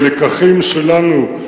כלקחים שלנו.